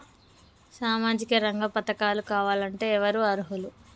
సామాజిక రంగ పథకాలు కావాలంటే ఎవరు అర్హులు?